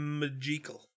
magical